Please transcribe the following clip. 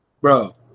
Bro